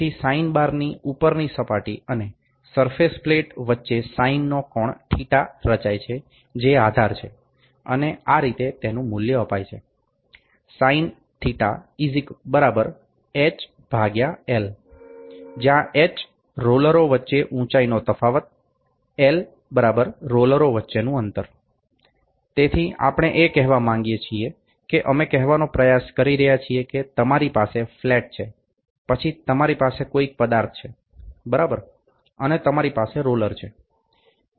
તેથી સાઇન બારની ઉપરની સપાટી અને સરફેસ પ્લેટ વચ્ચે સાઇનનો કોણ θ રચાય છે જે આધાર છે અને આ રીતે તેનું મુલ્ય અપાય છે sin θ h L જ્યાં h રોલરો વચ્ચે ઊંચાઈ નો તફાવત L રોલરો વચ્ચેનું અંતર તેથી આપણે એ કહવા માંગીએ છીએ કે અમે કહેવાનો પ્રયાસ કરી રહ્યા છીએ કે તમારી પાસે ફ્લેટ છે પછી તમારી પાસે કોઇક પદાર્થ છે બરાબર અને તમારી પાસે રોલર છે